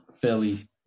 fairly